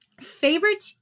favorite